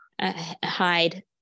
hide